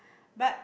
but